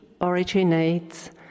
originates